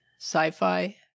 sci-fi